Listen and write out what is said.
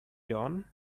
done